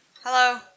Hello